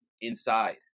inside